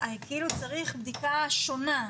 כאילו צריך בדיקה שונה.